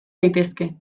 daitezke